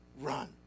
run